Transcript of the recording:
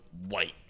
white